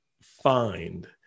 find